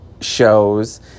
shows